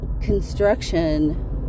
construction